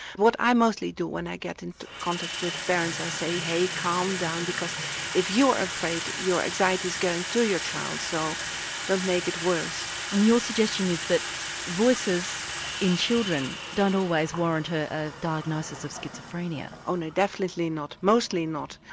what i mostly do when i get in contact with parents i say hey, calm down because if you are afraid, your anxiety is going to your child, so don't make it worse. and your suggestion is that voices in children don't always warrant a ah diagnosis of schizophrenia? oh no, definitely not, mostly not.